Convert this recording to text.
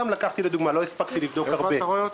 סתם לקחתי כדוגמה, לא הספקתי לבדוק הרבה.